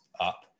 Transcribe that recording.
up